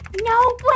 No